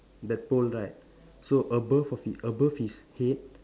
that pole right so above of he above above his head